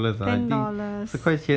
ten dollars